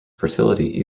fertility